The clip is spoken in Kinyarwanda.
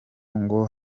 ngo